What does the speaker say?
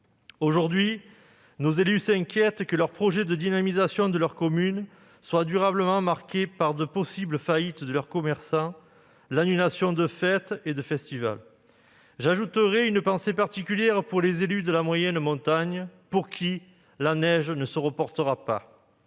Aujourd'hui, nos élus s'inquiètent du fait que leur projet de dynamisation de leur commune soit durablement marqué par de possibles faillites de commerçants, l'annulation de fêtes ou de festivals. Et j'aurai, à cet égard, une pensée particulière pour les élus de moyenne montagne : la neige ne sera pas